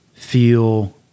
feel